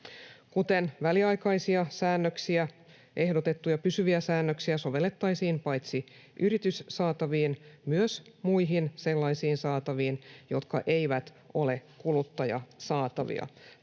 Kuten väliaikaisia säännöksiä, ehdotettuja pysyviä säännöksiä sovellettaisiin paitsi yrityssaataviin myös muihin sellaisiin saataviin, jotka eivät ole kuluttajasaatavia.